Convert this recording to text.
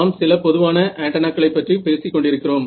நாம் சில பொதுவான ஆன்டென்னாக்களை பற்றி பேசிக் கொண்டிருக்கிறோம்